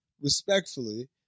respectfully